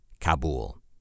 Kabul